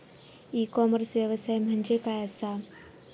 E commerce व्यवसाय म्हणजे काय असा?